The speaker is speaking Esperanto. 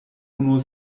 unu